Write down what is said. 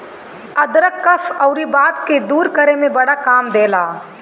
अदरक कफ़ अउरी वात के दूर करे में बड़ा काम देला